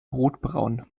rotbraun